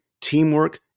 teamwork